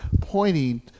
pointing